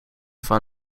van